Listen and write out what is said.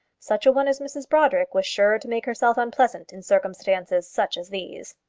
such a one as mrs brodrick was sure to make herself unpleasant in circumstances such as these.